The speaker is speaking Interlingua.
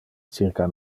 circa